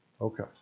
Okay